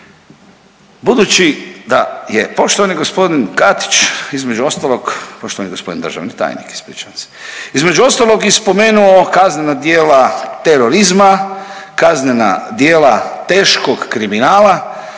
budući da je poštovani g. Katić između ostalog, poštovani g. državni tajnik, ispričavam se, između ostalog i spomenuo kaznena djela terorizma, kaznena djela teškog kriminala,